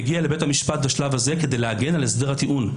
מגיע לבית המשפט בשלב הזה כדי להגן על הסדר הטיעון.